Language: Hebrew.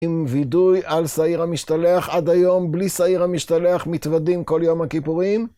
עם וידוי על שעיר המשתלח, עד היום בלי שעיר המשתלח מתוודים כל יום הכיפורים.